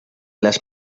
las